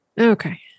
Okay